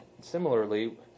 similarly